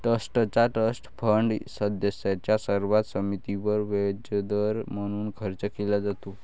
ट्रस्टचा trust fund सदस्यांच्या सर्व संमतीवर व्याजदर म्हणून खर्च केला जातो